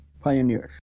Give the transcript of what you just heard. pioneers